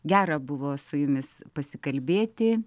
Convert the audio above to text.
gera buvo su jumis pasikalbėti